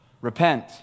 Repent